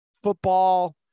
football